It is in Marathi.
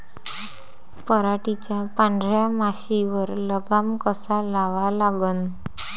पराटीवरच्या पांढऱ्या माशीवर लगाम कसा लावा लागन?